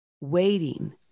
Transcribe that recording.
waiting